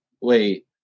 Wait